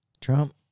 Trump